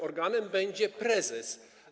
Organem będzie prezes.